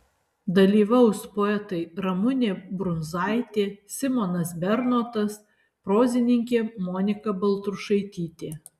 dalyvaus poetai ramunė brundzaitė simonas bernotas prozininkė monika baltrušaitytė